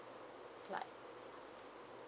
like